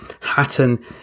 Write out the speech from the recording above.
Hatton